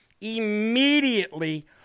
immediately